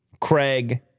Craig